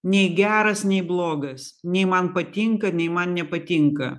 nei geras nei blogas nei man patinka nei man nepatinka